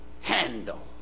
handle